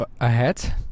ahead